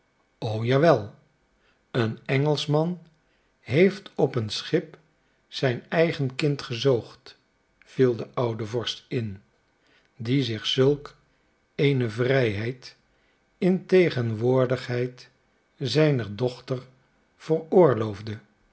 o jawel een engelschman heeft op een schip zijn eigen kind gezoogd viel de oude vorst in die zich zulk eene vrijheid in tegenwoordigheid zijner dochter veroorloofde